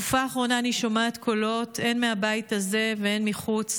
בתקופה האחרונה אני שומעת קולות הן מהבית הזה והן מבחוץ